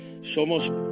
Somos